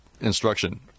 instruction